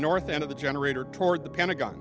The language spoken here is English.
north end of the generator toward the pentagon